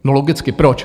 No logicky proč?